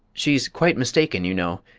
she's quite mistaken, you know.